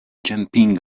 jumping